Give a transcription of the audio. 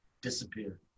disappear